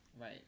Right